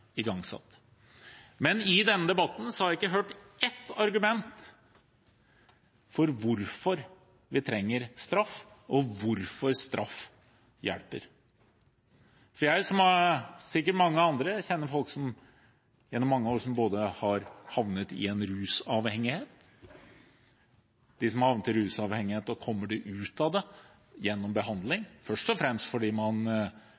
igangsatt. Men i denne debatten har jeg ikke hørt ett argument for hvorfor vi trenger straff, og hvorfor straff hjelper. Som sikkert mange andre kjenner jeg folk, gjennom mange år, som både har havnet i en rusavhengighet, og som har havnet i en rusavhengighet og kommet ut av det gjennom behandling – først og fremst fordi man